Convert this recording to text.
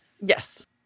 Yes